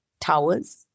towers